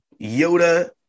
Yoda